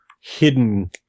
hidden –